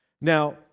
Now